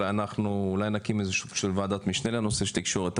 אולי נקים סוג ועדת משנה לנושא של תקשורת.